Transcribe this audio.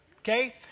Okay